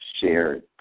shared